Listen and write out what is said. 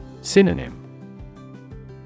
Synonym